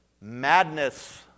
Madness